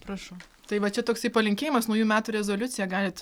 prašau tai va čia toksai palinkėjimas naujų metų rezoliucija galit